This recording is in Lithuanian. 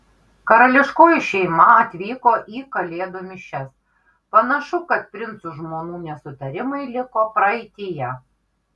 karališkoji šeima atvyko į kalėdų mišias panašu kad princų žmonų nesutarimai liko praeityje